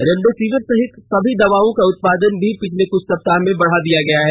remdesivir सहित सभी दवाओं का उत्पादन भी पिछले कुछ सप्ताह में बढा दिया गया है